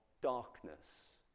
darkness